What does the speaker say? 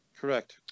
Correct